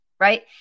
right